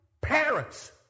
parents